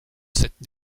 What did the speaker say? cette